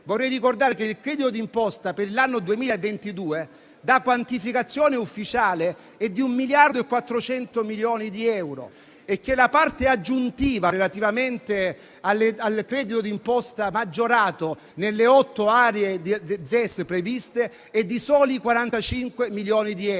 il credito d'imposta per l'anno 2022, da quantificazione ufficiale, è pari a un miliardo e 400 milioni di euro e la parte aggiuntiva relativamente al credito d'imposta maggiorato nelle otto aree ZES previste è di soli 45 milioni di euro.